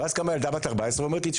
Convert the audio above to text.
ואז קמה ילדה בת 14 ואומרת לי: עדי,